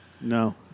No